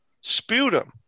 sputum